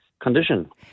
Condition